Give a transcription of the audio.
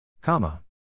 Comma